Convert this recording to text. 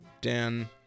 Dan